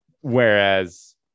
Whereas